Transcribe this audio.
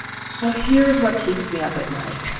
so here's what keeps me up at night.